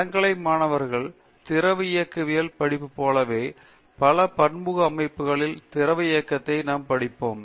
இளங்கலை மாணவர்கள் திரவம் இயக்கவியல் படிப்பு போலவே பல பன்முக அமைப்புகளில் திரவ இயக்கத்தை நாம் படிப்போம்